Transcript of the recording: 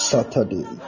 Saturday